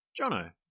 Jono